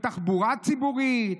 בתחבורה ציבורית,